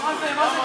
גם אתה צפוי.